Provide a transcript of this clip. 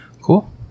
cool